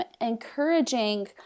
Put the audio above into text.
encouraging